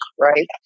right